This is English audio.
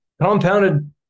Compounded